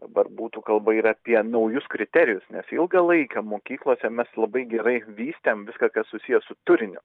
dabar būtų kalba ir apie naujus kriterijus nes ilgą laiką mokyklose mes labai gerai vystėm viską kas susiję su turiniu